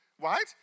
right